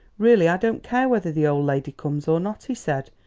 really, i don't care whether the old lady comes or not, he said,